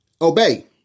obey